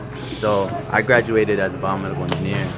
so i graduated as a biomedical and